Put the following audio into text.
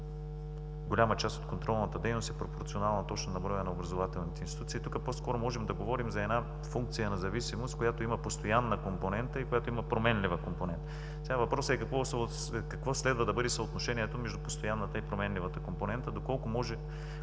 голяма част от контролната дейност е пропорционална точно на броя на образователните институции. Тук по-скоро можем да говорим за една функция на зависимост, която има постоянна компонента и променлива компонента. Сега въпросът е какво следва да бъде съотношението между постоянната и променливата компонента, колко може